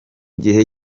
gihe